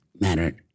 mattered